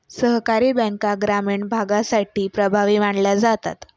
सहकारी बँका ग्रामीण भागासाठी प्रभावी मानल्या जातात